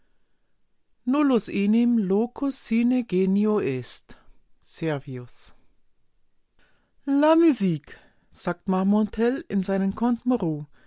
est servius la musique sagt marmontel in seinen